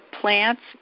plants